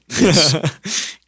yes